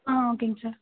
ஆ ஓகேங்க சார்